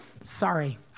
sorry